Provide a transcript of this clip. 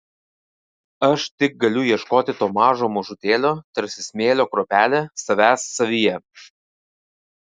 aš tik galiu ieškoti to mažo mažutėlio tarsi smėlio kruopelė savęs savyje